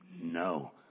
No